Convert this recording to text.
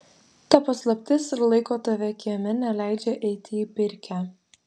ta paslaptis ir laiko tave kieme neleidžia eiti į pirkią